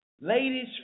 Ladies